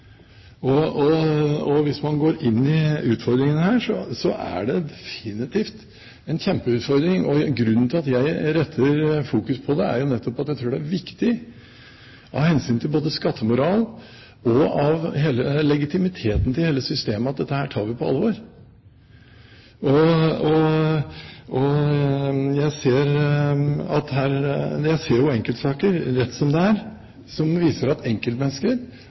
Hvis man går inn i utfordringene her, er det definitivt en kjempeutfordring. Grunnen til at jeg retter oppmerksomheten mot det, er jo nettopp fordi jeg tror det er viktig av hensyn til både skattemoral og legitimiteten til hele systemet at dette tar vi på alvor. Jeg ser jo enkeltsaker rett som det er, som viser at enkeltmennesker